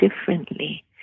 differently